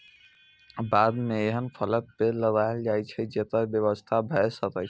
बाग मे एहन फलक पेड़ लगाएल जाए छै, जेकर व्यवसाय भए सकय